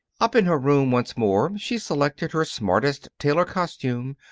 up in her room once more, she selected her smartest tailor costume,